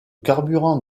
carburant